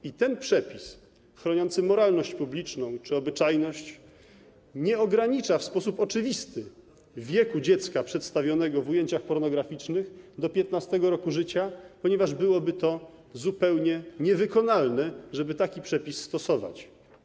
I ten przepis chroniący moralność publiczną czy obyczajność nie ogranicza w sposób oczywisty wieku dziecka przedstawionego w ujęciach pornograficznych do 15. roku życia, ponieważ byłoby zupełnie niewykonalne, żeby taki przepis stosować.